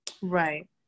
right